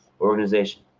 organization